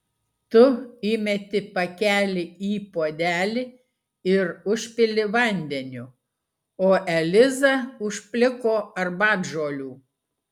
tu įmeti pakelį į puodelį ir užpili vandeniu o eliza užpliko arbatžolių